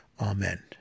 amen